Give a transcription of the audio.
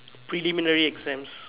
preliminary exams